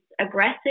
aggressive